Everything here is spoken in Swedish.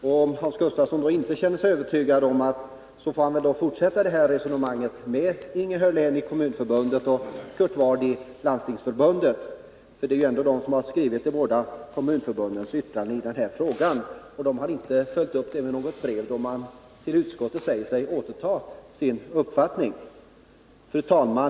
Om Hans Gustafsson fortfarande inte känner sig övertygad får han fortsätta detta resonemang med Inge Hörlén i Kommunförbundet och Kurt Ward i Landstingsförbundet. Det är ändå de personerna som har skrivit de båda kommunförbundens yttranden i den här frågan, och de har inte följt upp det hela genom några brev till utskottet där de säger sig återta sin uppfattning. Fru talman!